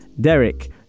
Derek